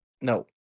No